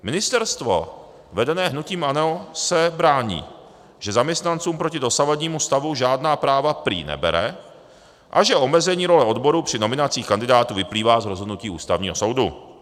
Ministerstvo vedené hnutím ANO se brání, že zaměstnancům proti dosavadnímu stavu žádná práva prý nebere a že omezení role odborů při nominacích kandidátů vyplývá z rozhodnutí Ústavního soudu.